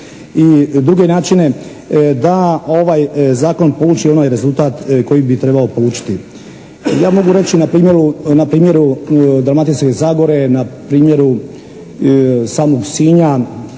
i druge načine da ovaj Zakon poluči onaj rezultat koji bi trebao polučiti. Ja mogu reći na primjeru Dalmatinske zagore, na primjeru samog Sinja